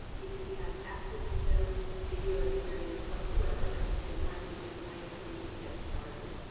even if you have absolutely no video experience whatsoever, i think you'll find that these are nice ways to get started.